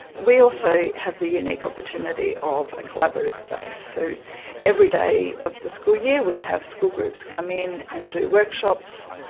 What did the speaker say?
we also have the unique opportunity of a collaborative space. so every day of the school year we have school groups come in and do workshops.